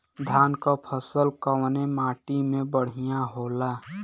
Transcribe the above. धान क फसल कवने माटी में बढ़ियां होला?